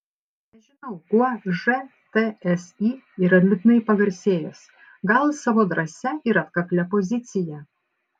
nežinau kuo žtsi yra liūdnai pagarsėjęs gal savo drąsia ir atkaklia pozicija